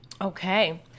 Okay